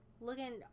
looking